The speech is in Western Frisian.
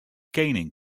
kening